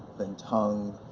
then tongue,